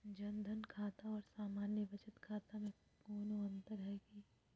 जन धन खाता और सामान्य बचत खाता में कोनो अंतर है की?